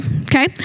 okay